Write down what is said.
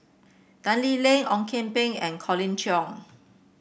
Tan Lee Leng Ong Kian Peng and Colin Cheong